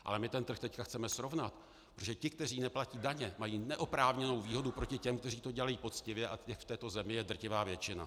Ale my ten trh teď chceme srovnat, protože ti, kteří neplatí daně, mají neoprávněnou výhodu proti těm, kteří to dělají poctivě, a těch v této zemi je drtivá většina.